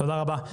תודה רבה.